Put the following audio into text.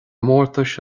mórtais